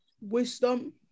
wisdom